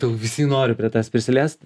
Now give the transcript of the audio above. tau visi nori prie tavęs prisiliest